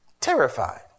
terrified